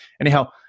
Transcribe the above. anyhow